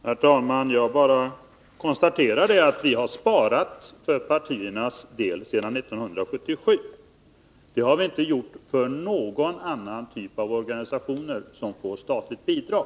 Herr talman! Jag konstaterade bara att vi för partiernas del har sparat sedan 1977. Det har vi inte gjort för någon annan typ av organisationer som får statliga bidrag.